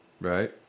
Right